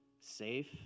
Safe